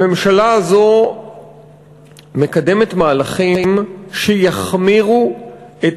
הממשלה הזאת מקדמת מהלכים שיחמירו את